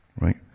right